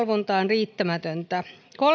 riittämätöntä kolmantena ongelmana